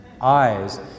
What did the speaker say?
eyes